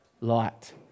light